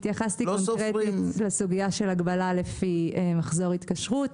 התייחסתי לסוגיה של הגבלה לפי מחזור התקשרות.